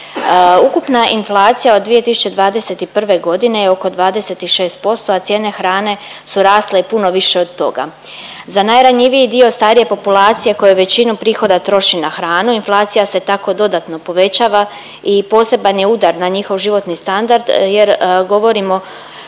Ukupna inflacija od 2021. g. je oko 26%, a cijene hrane su rasle puno više od toga. Za najranjiviji dio starije populacije koje većinu prihoda troši na hranu, inflacija se tako dodatno povećava i poseban je udar na njihov životni standard jer govorimo